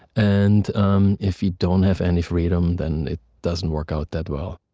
and um if you don't have any freedom, then it doesn't work out that well.